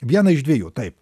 vieną iš dviejų taip